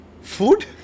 Food